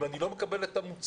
אם אני לא מקבל את המוצר,